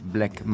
Black